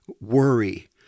worry